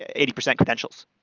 eighty percent credentials.